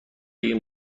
این